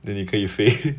then 你可以飞